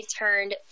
turned